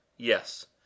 Yes